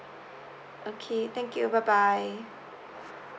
okay thank you bye bye